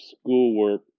schoolwork